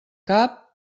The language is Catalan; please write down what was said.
cap